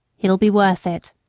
he'll be worth it.